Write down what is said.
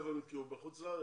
בארצות הברית.